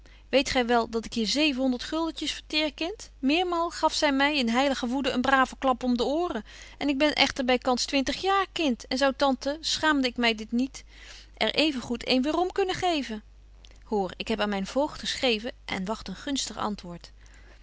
weet gy wel dat ik hier zevenhonderd guldentjes verteer kind meermaal gaf zy my in heilige woede een brave klap om de ooren en ik ben echter bykans twintig jaar kind en zou tante schaamde betje wolff en aagje deken historie van mejuffrouw sara burgerhart ik my dit niet er even goed een weerom kunnen geven hoor ik heb aan myn voogd geschreven en wagt een gunstig antwoord